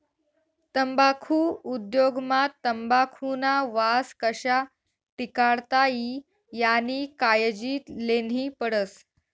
तम्बाखु उद्योग मा तंबाखुना वास कशा टिकाडता ई यानी कायजी लेन्ही पडस